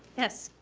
yes,